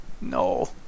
no